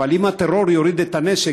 אבל אם הטרור יוריד את הנשק,